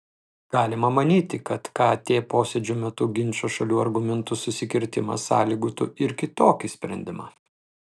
galima manyti kad kt posėdžio metu ginčo šalių argumentų susikirtimas sąlygotų ir kitokį sprendimą